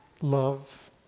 love